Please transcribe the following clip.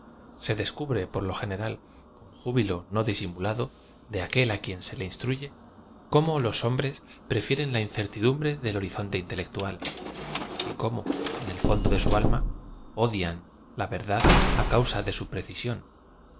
se descubre por lo general con júbilo no disimu lado de aquel á quien asi se instruye cómo loa hombres prefieren la inoertídumbre del horizonte iatelectual j cómo en el fondo de su alma odian la verdad á cau sa de su precisión